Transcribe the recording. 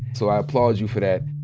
so i applaud you for that.